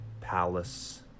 palace